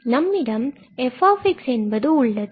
நம்மிடம் f என்பது உள்ளது